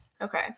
Okay